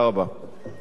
תודה רבה, אדוני.